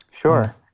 Sure